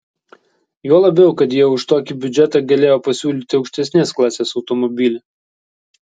juo labiau kad jie už tokį biudžetą galėjo pasiūlyti aukštesnės klasės automobilį